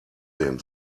sehen